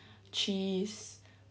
cheese